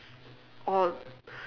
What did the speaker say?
or